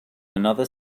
another